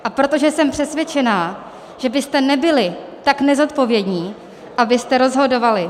A protože jsem přesvědčená, že byste nebyli tak nezodpovědní, abyste rozhodovali...